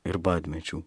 ir badmečių